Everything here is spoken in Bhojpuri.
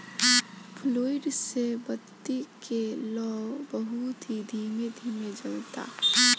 फ्लूइड से बत्ती के लौं बहुत ही धीमे धीमे जलता